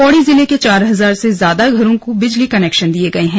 पौड़ी जिले के चार हजार से ज्यादा घरों को बिजली कनेक्शन दिये गए हैं